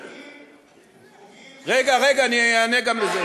יש הבדל בין חוקים, רגע, רגע, אני אענה גם על זה.